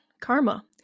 karma